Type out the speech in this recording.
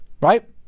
Right